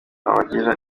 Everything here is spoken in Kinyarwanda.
abagira